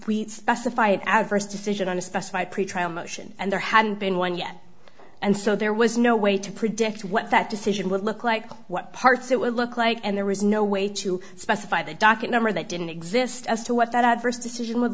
we specify an adverse decision on a specified pretrial motion and there hadn't been one yet and so there was no way to predict what that decision would look like what parts it would look like and there was no way to specify the docket number that didn't exist as to what that adverse decision would